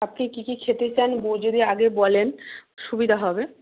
আপনি কী কী খেতে চান যদি আগে বলেন সুবিধা হবে